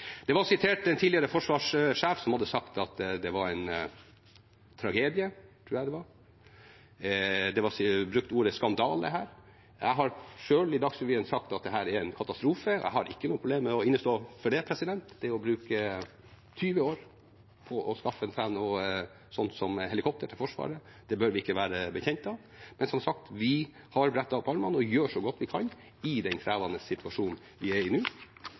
tidligere forsvarssjef var sitert, han hadde sagt at det var en tragedie – tror jeg det var. Ordet «skandale» er brukt her. Jeg har selv i Dagsrevyen sagt at dette er en katastrofe. Jeg har ikke problem med å stå inne for det. Det å bruke 20 år på å skaffe seg noe sånt som helikopter til Forsvaret, bør vi ikke være bekjent av. Men, som sagt, vi har brettet opp ermene og gjør så godt vi kan i den krevende situasjonen vi er i nå.